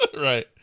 Right